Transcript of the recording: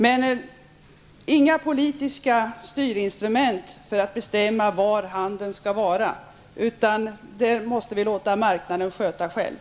Men inga politiska styrinstrument för att bestämma var handeln skall finnas! Det måste vi låta marknaden sköta själv.